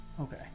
Okay